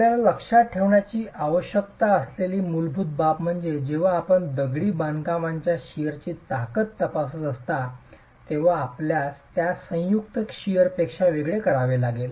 आपल्याला लक्षात ठेवण्याची आवश्यकता असलेली मूलभूत बाब म्हणजे जेव्हा आपण दगडी बांधकाम च्या शिअरची ताकद तपासत असता तेव्हा आपल्याला त्यास संयुक्त शिअर पेक्षा वेगळे करावे लागेल